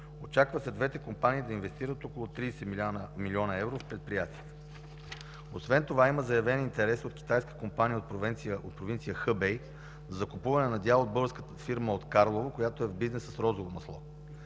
Очаква се двете компании да инвестират около 30 млн. евро в предприятието. Освен това има заявен интерес от китайска компания от провинция Хъбей за закупуване на дял от българска фирма от Карлово, която е в бизнеса с розово масло.